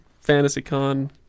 Fantasy-Con